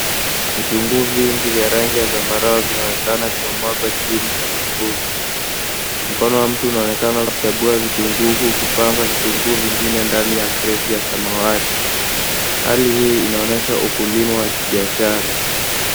Vitunguu vingi vya rangi ya zambarau vinaonekana vimemwagwa chini sakafuni. Mkono wa mtu unaonekana ukuchagua vitunguu huku ukipanga vitunguu vingine ndani ya kreti ya samawati. Hali hii inaonyesha ukulima wa kibiashara.